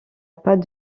patte